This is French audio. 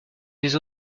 les